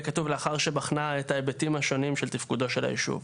כתוב "לאחר שבחנה את ההיבטים השונים של תפקודו של היישוב".